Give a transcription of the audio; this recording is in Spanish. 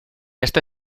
este